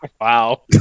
Wow